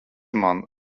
man